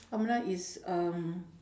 amanah is um